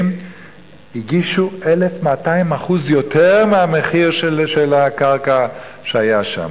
הגישו 1,200% יותר מאשר מחיר הקרקע שהיה שם.